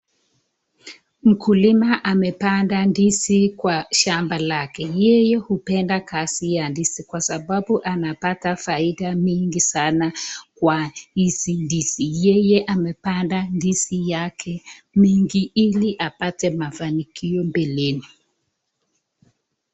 Mkulima amepanda ndizi kwa shamba lake yeye upenda kazi ya ndizi kwa sababu anapata faida mingi sana Kwa hizi ndizi, yeye amepanda ndizi yake mingi hili apate mafanikio mbeleni.